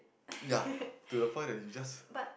ya to the point that you just